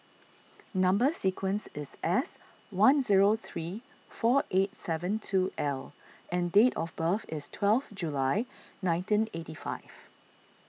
Number Sequence is S one zero three four eight seven two L and date of birth is twelve July nineteen eighty five